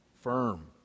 firm